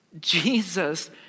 Jesus